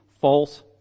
false